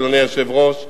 אדוני היושב-ראש,